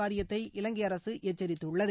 வாரியத்தை இலங்கை அரசு எச்சரித்துள்ளது